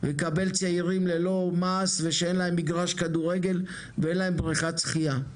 צעירים ללא מעש ושאין להם מגרש כדורגל ואין להם בריכת שחייה.